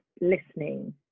listening